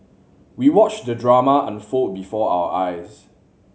we watched the drama unfold before our eyes